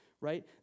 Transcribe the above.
right